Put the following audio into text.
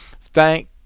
Thank